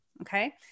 Okay